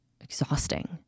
exhausting